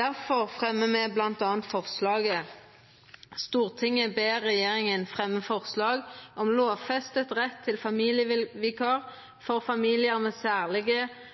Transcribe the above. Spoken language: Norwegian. Difor fremjar me bl.a. dette forslaget: «Stortinget ber regjeringen fremme forslag om lovfestet rett til familievikar for familier med